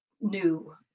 new